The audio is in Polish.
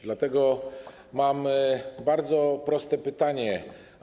Dlatego mam bardzo proste pytania.